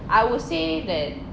I would say that